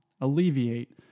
alleviate